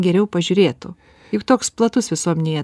geriau pažiūrėtų juk toks platus visuomenėje